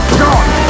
gone